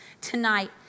tonight